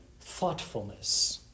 thoughtfulness